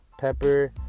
pepper